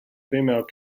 female